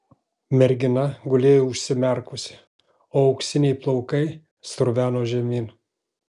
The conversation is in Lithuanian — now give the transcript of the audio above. mergina gulėjo užsimerkusi o auksiniai plaukai sruveno žemyn